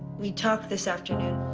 we talked this afternoon.